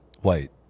white